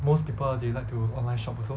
most people they like to online shop also